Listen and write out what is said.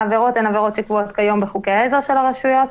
שהעבירות הן עבירות שכבר כיום בחוקי העזר של הרשויות,